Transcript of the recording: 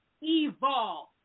evolve